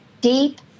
deep